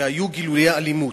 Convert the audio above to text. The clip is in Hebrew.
והיו גילויי אלימות,